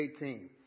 18